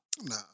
nah